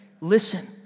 listen